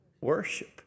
worship